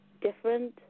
different